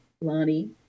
Lonnie